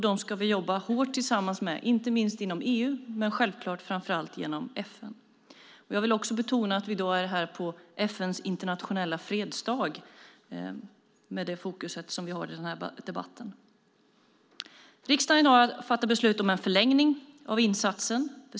Dem ska vi tillsammans jobba hårt med, inte minst inom EU men självklart framför allt genom FN. Jag vill också betona att vi i dag är här på FN:s internationella fredsdag med det fokus som vi har i den här debatten. Riksdagen har i dag att fatta beslut om en förlängning av insatsen.